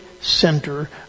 center